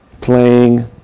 playing